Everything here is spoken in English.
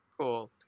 cool